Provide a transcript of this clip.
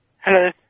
Hello